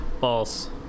False